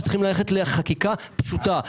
שצריך ללכת לחקיקה פשוטה.